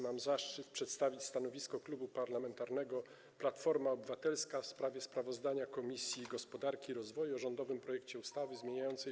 Mam zaszczyt przedstawić stanowisko Klubu Parlamentarnego Platforma Obywatelska wobec sprawozdania Komisji Gospodarki i Rozwoju o rządowym projekcie ustawy zmieniającej